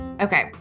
Okay